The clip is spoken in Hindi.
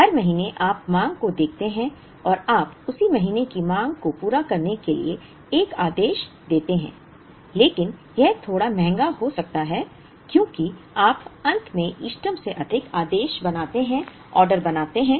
हर महीने आप मांग को देखते हैं और आप उस महीने की मांग को पूरा करने के लिए एक आदेश देते हैं लेकिन यह थोड़ा महंगा हो सकता है क्योंकि आप अंत में इष्टतम से अधिक आदेश बनाते हैं